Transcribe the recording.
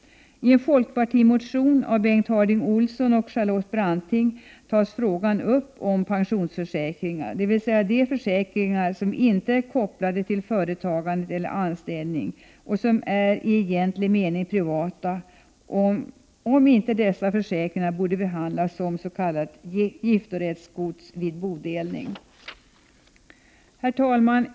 I en folkpartimotion av Bengt Harding Olson och Charlotte Branting tas frågan upp om inte pensionsförsäkringar — dvs. sådana försäkringar som inte är kopplade till företagande eller anställning och som är i egentlig mening privata — borde behandlas som s.k. giftorättsgods vid bodelning. Herr talman!